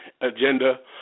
agenda